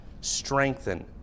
strengthen